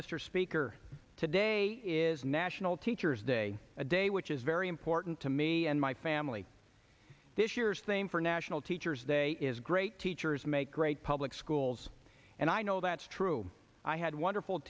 mr speaker today is national teacher's day a day which is very important to me and my family this year's theme for national teachers day is great teachers make great public schools and i know that's true i had wonderful